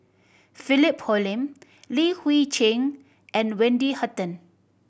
Philip Hoalim Li Hui Cheng and Wendy Hutton